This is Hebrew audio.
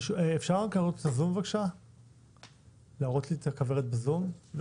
האם אפשר להראות לי את הכוורת בזום כדי